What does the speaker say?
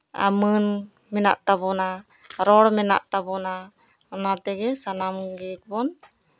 ᱟᱨ ᱢᱟᱹᱱ ᱢᱮᱱᱟᱜ ᱛᱟᱵᱚᱱᱟ ᱨᱚᱲ ᱢᱮᱱᱟᱜ ᱛᱟᱵᱚᱱᱟ ᱚᱱᱟ ᱛᱮᱜᱮ ᱥᱟᱱᱟᱢ ᱜᱮ ᱵᱚᱱ